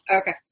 Okay